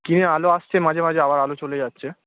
কি আলো আসছে মাঝে মাঝে আবার আলো চলে যাচ্ছে